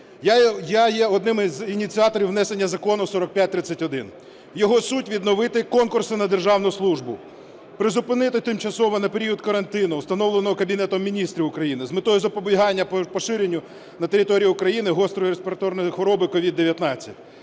Я є одним із ініціаторів внесення Закону 4531. Його суть – відновити конкурси на державну службу, призупинені тимчасово на період карантину, установленого Кабінетом Міністрів України з метою запобігання поширенню на території України гострої респіраторної хвороби COVID-19,